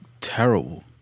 terrible